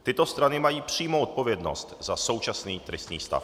Tyto strany mají přímou odpovědnost za současný tristní stav.